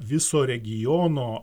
viso regiono